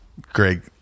Greg